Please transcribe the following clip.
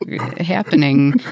happening